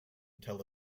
tel